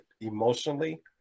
emotionally